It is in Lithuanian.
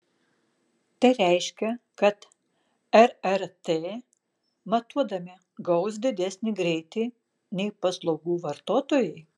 tai reiškia kad rrt matuodami gaus didesnį greitį nei paslaugų vartotojai